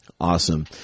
Awesome